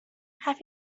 have